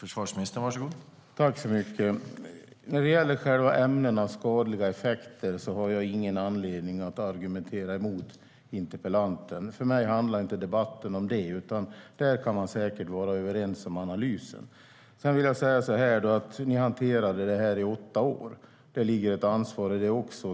Herr talman! Vad gäller ämnenas skadliga effekter har jag ingen anledning att argumentera mot interpellanten. För mig handlar inte debatten om det, utan vi kan säkert vara överens om analysen. Ni hanterade detta i åtta år, så det ligger ett ansvar hos er också.